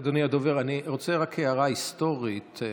אדוני הדובר, אני רוצה רק הערה היסטורית לדבריך,